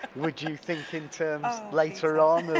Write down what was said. would you think in terms later on